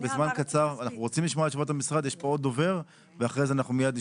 עו"ד גיל